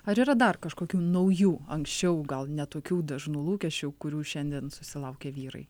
ar yra dar kažkokių naujų anksčiau gal ne tokių dažnų lūkesčių kurių šiandien susilaukia vyrai